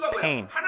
pain